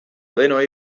denoi